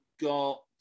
got –